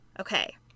Okay